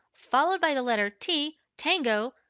followed by the letter t, tango,